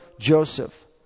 Joseph